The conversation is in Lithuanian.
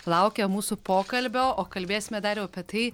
laukia mūsų pokalbio o kalbėsime dariau apie tai